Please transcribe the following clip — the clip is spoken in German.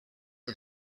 and